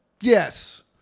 Yes